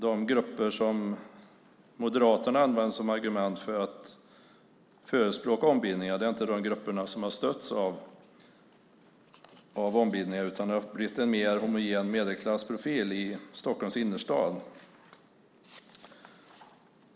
De grupper som Moderaterna använder som argument för att förespråka ombildningar är inte de grupper som har stötts av ombildningarna, utan det har blivit en mer homogen medelklassprofil i Stockholms innerstad.